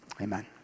amen